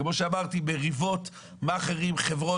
כמו שאמרתי מריבות מעכרים עם חברות.